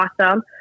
awesome